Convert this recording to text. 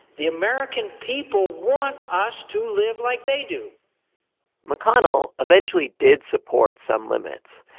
the american people want us to live like they do mcconnell eventually did support some limits,